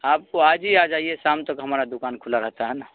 آپ کو آج ہی آ جائیے شام تک ہمارا دکان کھلا رہتا ہے نا